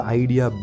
idea